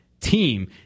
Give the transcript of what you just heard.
Team